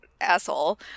asshole